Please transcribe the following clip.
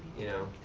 you know,